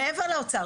מעבר לאוצר.